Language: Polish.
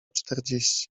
czterdzieści